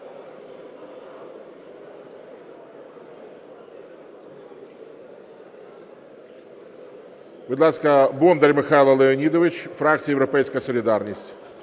Будь ласка, Бондар Михайло Леонідович, фракція "Європейська солідарність".